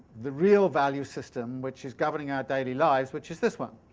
the real value system which is governing our daily lives which is this one.